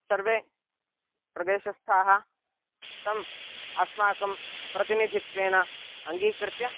सर्वे प्रदेशस्थाः तम् अस्माकं प्रतिनिधित्वेन अङ्गीकृत्य